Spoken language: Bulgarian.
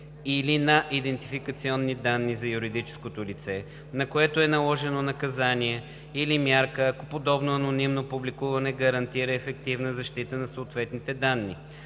или на идентификационни данни – за юридическото лице, на което е наложено наказание или мярка, ако подобно анонимно публикуване гарантира ефективна защита на съответните данни;